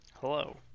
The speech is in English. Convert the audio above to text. Hello